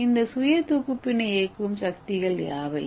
இந்த சுய தொகுப்பினை இயக்கும் சக்திகள் யாவை